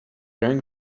rang